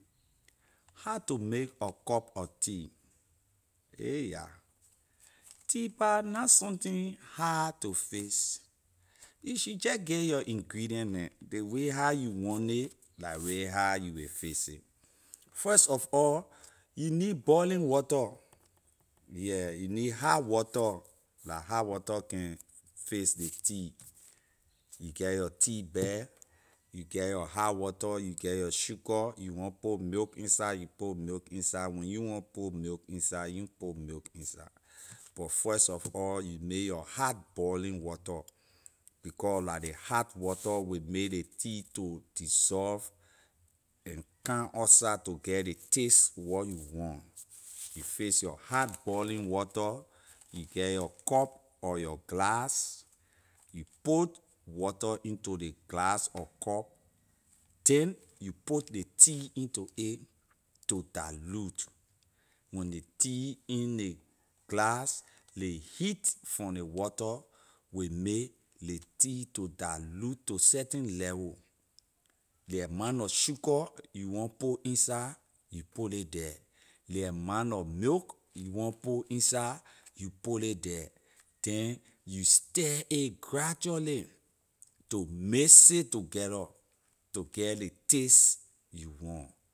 How to make a cup of tea? Ay yah tea pah na something hard to fix you should jeh get your ingredient neh ley way how you want nay la ley way how you way fix it first of all you need boiling water yeah you need hot water la hot water can fix ley tea you get your tea bag, you get your hot water, you get your sugar you want put milk in side you put milk in side when you na want put milk in side you na put milk in side but first of all you need your hot boiling water becor la ley hot water will may ley tea to desolve and come outside to get ley taste wor you want you fix your hot water you get your cup or your glass you put water into ley glass or cup then you put ley tea into a to dilute when ley tea in ley glass ley heat from ley water will make ley tea to dilute to certain lewo ley amount lor sugar you want put inside you put ley the ley amount lor milk you want put inside you put ley the then you stir a gradually to mix it together to get ley taste you want